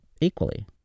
equally